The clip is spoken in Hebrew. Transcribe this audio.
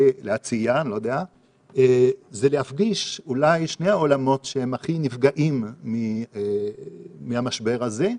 להציע זה להפגיש אולי שני עולמות שהם הכי נפגעים מהמשבר הזה,